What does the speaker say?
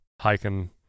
hiking